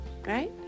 Right